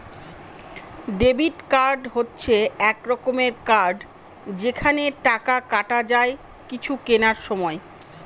debit card হচ্ছে এক রকমের কার্ড যেখানে টাকা কাটা যায় কিছু কেনার সময়